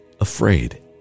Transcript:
afraid